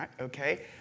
Okay